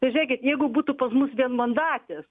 tai žėkit jeigu būtų pas mus vienmandatės